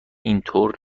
اینطور